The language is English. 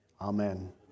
amen